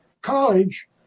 college